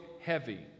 heavy